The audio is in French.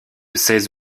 seize